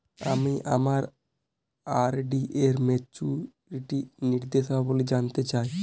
আমি আমার আর.ডি এর মাচুরিটি নির্দেশাবলী জানতে চাই